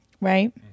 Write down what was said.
right